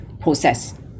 process